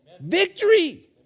victory